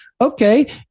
okay